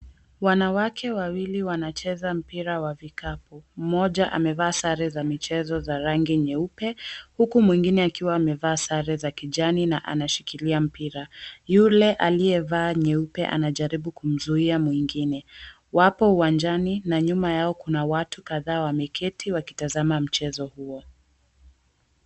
Wanawake wawili wanacheza mpira wa vikapu. Mmoja amevaa sare za michezo za rangi nyeupe, huku mwingine akiwa amevaa sare za kijani na akiwa ameshikilia mpira. Yule aliyevaa nyeupe anajaribu kumzuia mwingine. Wapo uwanjani na nyuma yao kuna watu kahdaa wameketi wakitazama mchezo huo.